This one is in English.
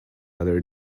other